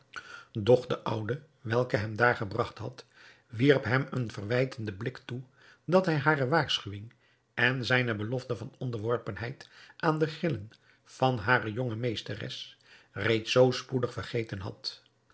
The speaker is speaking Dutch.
de oude welke hem daar gebragt had wierp hem een verwijtenden blik toe dat hij hare waarschuwing en zijne belofte van onderworpenheid aan de grillen van hare jonge meesteres reeds zoo spoedig vergeten had